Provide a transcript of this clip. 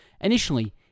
initially